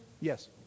Yes